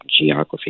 geography